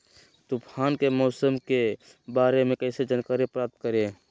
तूफान के मौसम के बारे में कैसे जानकारी प्राप्त करें?